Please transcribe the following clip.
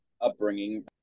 upbringing